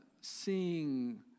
seeing